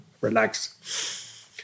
relax